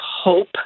hope